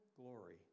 glory